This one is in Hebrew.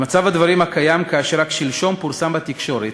במצב הדברים הקיים, כאשר רק שלשום פורסם בתקשורת